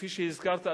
כפי שהזכרת,